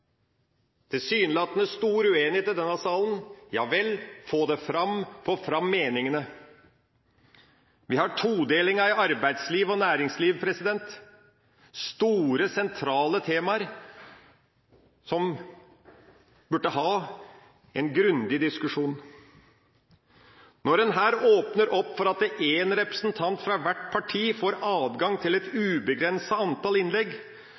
tilsynelatende stor uenighet i denne salen – ja vel, få det fram, få fram meningene. Vi har todelinga i arbeidsliv og næringsliv – store, sentrale temaer som burde ha en grundig diskusjon. Når en her åpner opp for at én representant fra hvert parti får adgang til et ubegrenset antall innlegg,